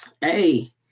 hey